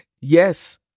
yes